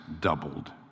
doubled